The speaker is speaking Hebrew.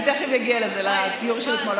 אני תכף אגיע לסיור של אתמול.